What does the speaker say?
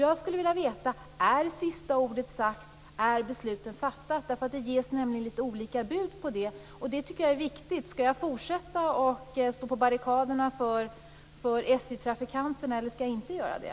Jag skulle vilja veta: Är sista ordet sagt? Är besluten fattade? Det ges nämligen olika bud om det. Jag tycker att det är viktigt. Skall jag fortsätta att stå på barrikaderna för SJ-trafikanterna, eller skall jag inte göra det?